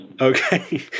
okay